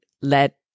let